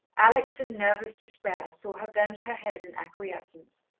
alex, in nervous despair, saw her bend her head in acquiescence.